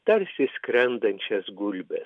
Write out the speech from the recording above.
tarsi skrendančias gulbe